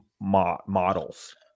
models